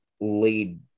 lead